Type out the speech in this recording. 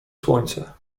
słońce